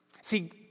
See